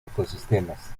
ecosistemas